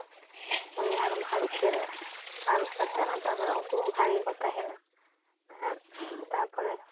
ᱩᱱᱤ ᱟᱨᱚᱢ ᱦᱟᱨᱩᱵ ᱠᱮᱫᱮᱭᱟ ᱦᱟᱹᱨᱩᱵ ᱠᱟᱛᱮ ᱦᱚᱸ ᱛᱚᱵᱮ ᱩᱱᱠᱩ ᱵᱷᱟᱜᱮ ᱠᱚ ᱛᱟᱦᱮᱱᱟ ᱛᱟᱯᱚᱨᱮ